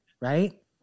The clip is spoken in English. Right